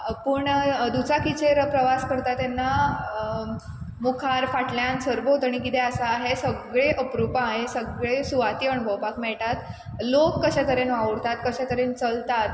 पूण दुचाकीचेर प्रवास करता तेन्ना मुखार फाटल्यान सरभोंवतणी कितें आसा हें सगळी अप्रुपा ही सगळी सुवाती अणभवपाक मेळटात लोक कशें तरेन वावुरतात कशें तरेन चलतात